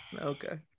okay